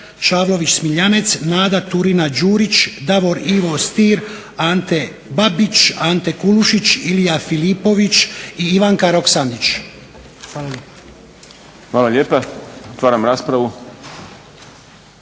Čavlović Smiljanec, Nada Turina Đurić, Davor Ivo Stier, Ante Babić, Ante Kulušić, Ilija Filipović i Ivanka Roksandić. **Šprem, Boris (SDP)** Hvala lijepa. Otvaram raspravu.